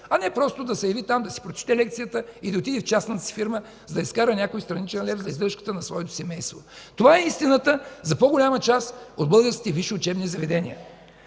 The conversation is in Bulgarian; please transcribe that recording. а не просто да се яви там, да си прочете лекцията и да отиде в частната си фирма да си изкара някой страничен лев за издръжката на своето семейство. Това е истината за по-голяма част от българските висши учебни заведения.